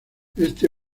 este